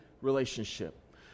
relationship